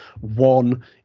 One